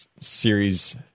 series